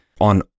on